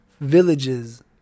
villages